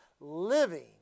living